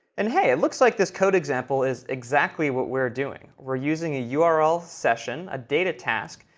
and hey, it looks like this code example is exactly what we were doing. we're using a yeah url session, a data task,